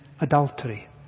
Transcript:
adultery